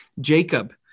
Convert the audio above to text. Jacob